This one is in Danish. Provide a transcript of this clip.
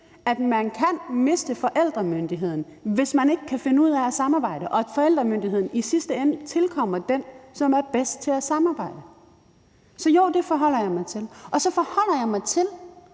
at man kan miste forældremyndigheden, hvis man ikke kan finde ud af at samarbejde, og at forældremyndigheden i sidste ende tilkommer den, som er bedst til at samarbejde. Så jo, det forholder jeg mig til. Og så forholder jeg mig til